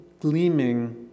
gleaming